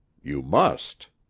you must.